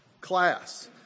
class